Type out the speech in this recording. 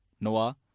Noah